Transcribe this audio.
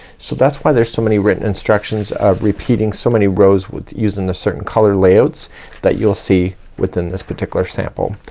so that's why there's so many written instructions of repeating so many rows with using the certain color layouts that you'll see within this particular sample.